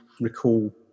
recall